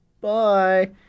bye